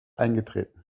eingetreten